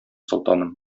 солтаным